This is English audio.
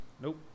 Nope